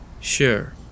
Sure